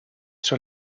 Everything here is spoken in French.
sur